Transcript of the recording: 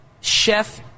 chef